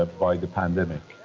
ah by the pandemic.